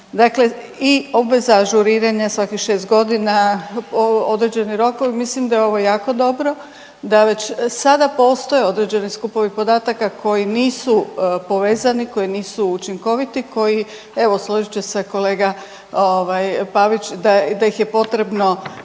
Dakle i obveza ažuriranja svakih 6 godina, određeni rokovi, mislim da je ovo jako dobro, da već sada postoje određeni skupovi podataka koji nisu povezani, koji nisu učinkoviti, koji evo, složit će se kolega ovaj Pavić da ih je potrebno